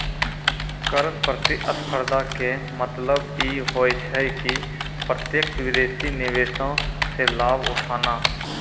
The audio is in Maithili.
कर प्रतिस्पर्धा के मतलब इ होय छै कि प्रत्यक्ष विदेशी निवेशो से लाभ उठाना